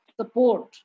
support